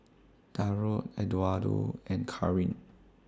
Darold Eduardo and Karyn